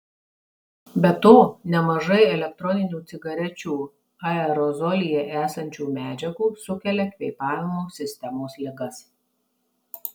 be to nemažai elektroninių cigarečių aerozolyje esančių medžiagų sukelia kvėpavimo sistemos ligas